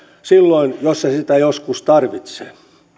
silloin jos se sitä joskus tarvitsee